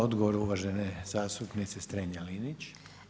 Odgovor uvažene zastupnice Strenja Linić.